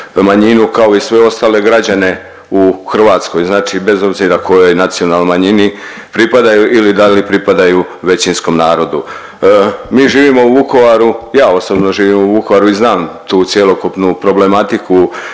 manjinu kao i sve ostale građane u Hrvatskoj znači bez obzira kojoj nacionalnoj manjini pripadaju ili da li pripadaju većinskom narodu. Mi živimo u Vukovaru, ja osobno živim u Vukovaru i znam tu cjelokupnu problematiku